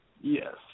Yes